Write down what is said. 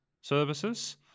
services